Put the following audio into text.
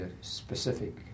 specific